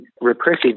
Repressive